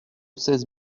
seize